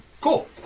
Cool